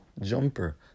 jumper